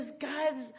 God's